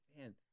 man